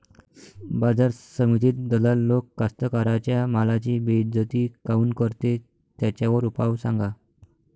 बाजार समितीत दलाल लोक कास्ताकाराच्या मालाची बेइज्जती काऊन करते? त्याच्यावर उपाव सांगा